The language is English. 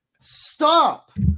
stop